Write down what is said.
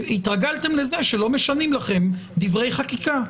התרגלתם שלא משנים לכם דברי חקיקה,